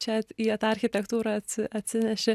čia į tą architektūrą atsi atsineši